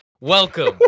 welcome